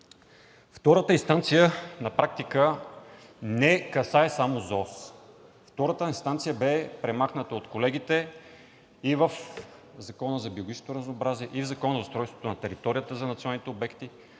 Втората инстанция на практика не касае само ЗОС, втората инстанция бе премахната от колегите и в Закона за биологичното разнообразие, и в Закона за устройство на територията за националните обекти,